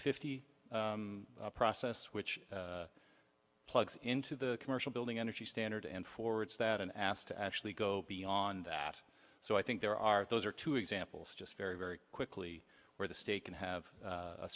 fifty process which plugs into the commercial building energy standard and forwards that in asked to actually go beyond that so i think there are those are two examples just very very quickly where the state can have a